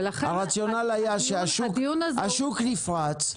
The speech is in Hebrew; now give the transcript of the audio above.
הרציונל היה שהשוק נפרץ,